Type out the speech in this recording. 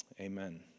Amen